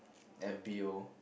F_B_O